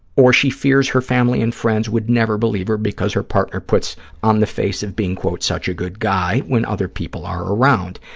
or she fears her family and friends would never believe her because her partner puts on the face of being, quote, such a good guy when other people are around.